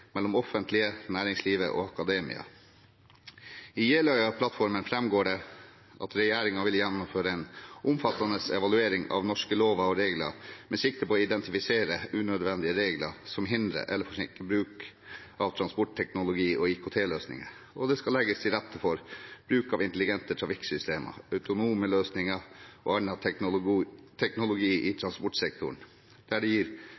mellom det offentlige, næringslivet og akademia. I Jeløya-plattformen framgår det at regjeringen vil gjennomføre en omfattende evaluering av norske lover og regler, med sikte på å identifisere unødvendige regler som hindrer eller forsinker bruk av transportteknologi- og IKT-løsninger. Det skal legges til rette for bruk av intelligente trafikksystemer, autonome løsninger og annen teknologi i transportsektoren der det gir